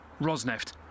Rosneft